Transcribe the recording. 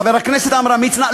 חבר הכנסת עמרם מצנע,